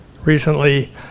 Recently